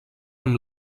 amb